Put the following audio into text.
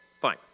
fine